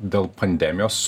dėl pandemijos